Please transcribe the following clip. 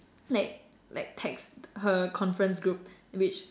like like text her conference group which